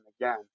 again